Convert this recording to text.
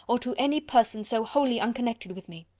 or to any person so wholly unconnected with me.